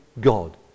God